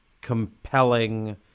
compelling